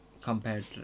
compared